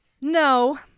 No